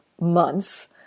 months